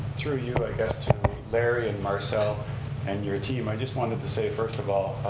through you i guess to larry and marcel and your team, i just wanted to say first of all,